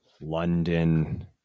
London